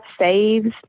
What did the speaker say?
saves